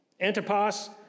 Antipas